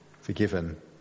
forgiven